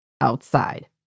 outside